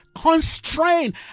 constrain